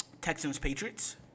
Texans-Patriots